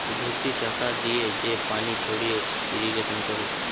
ঘুরতি চাকা দিয়ে যে পানি ছড়িয়ে ইরিগেশন করে